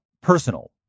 personal